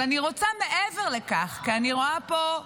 אני רוצה מעבר לכך, כי אני רואה פה,